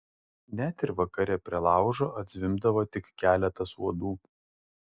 net ir vakare prie laužo atzvimbdavo tik keletas uodų